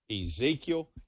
Ezekiel